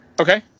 Okay